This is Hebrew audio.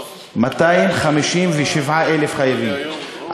257,000 חייבים.